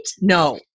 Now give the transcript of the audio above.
No